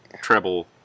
treble